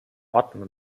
ordnung